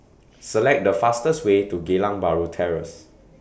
Select The fastest Way to Geylang Bahru Terrace